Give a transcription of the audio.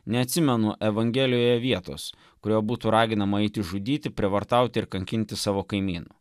neatsimenu evangelijoje vietos kurioje būtų raginama eiti žudyti prievartauti ir kankinti savo kaimynų